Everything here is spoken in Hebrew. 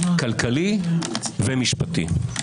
כלכלי ומשפטי.